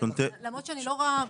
למרות שאני לא רואה,